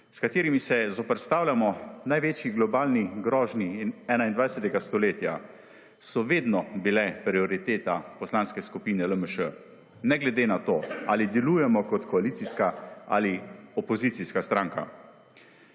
s katerimi se zoperstavljamo največji globalni grožnji 21. stoletja, so vedno bile prioriteta Poslanske skupine LMŠ, ne glede na to, ali delujemo kot koalicijska ali opozicijska stranka.